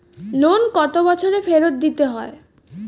Loan কত বছরে ফেরত দিতে হয়?